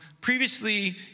Previously